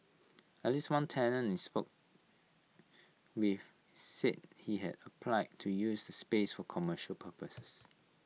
at least one tenant we spoke with said he had applied to use the space for commercial purposes